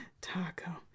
Taco